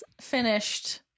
finished